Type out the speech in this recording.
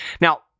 Now